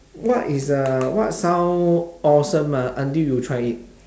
what is uh what sound awesome ah until you try it